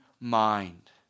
mind